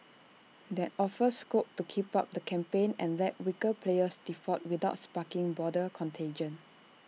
that offers scope to keep up the campaign and let weaker players default without sparking boarder contagion